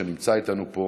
שנמצא איתנו פה,